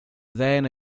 then